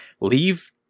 leave